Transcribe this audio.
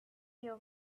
your